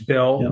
Bill